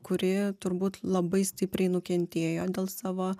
kuri turbūt labai stipriai nukentėjo dėl savo